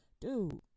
Dude